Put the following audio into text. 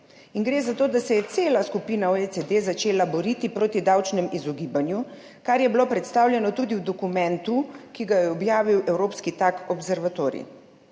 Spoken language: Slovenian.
gre za to, da se je cela skupina OECD začela boriti proti davčnemu izogibanju, kar je bilo predstavljeno tudi v dokumentu, ki ga je objavil EU Tax Observatory.